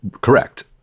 correct